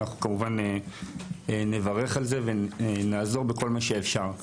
אנחנו כמובן נברך על זה ונעזור בכל מה שאפשר.